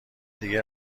دیگه